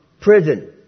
prison